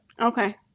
Okay